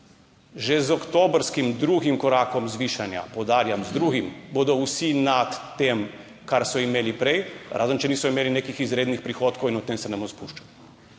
Že z oktobrskim drugim korakom zvišanja, poudarjam, z drugim bodo vsi nad tem, kar so imeli prej, razen če niso imeli nekih izrednih prihodkov in o tem se ne bom spuščal.